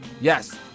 Yes